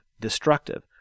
destructive